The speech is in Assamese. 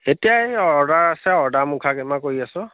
এতিয়া এই অৰ্ডাৰ আছে অৰ্ডাৰ মুখা কেইটামান কৰি আছোঁ